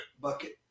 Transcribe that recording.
bucket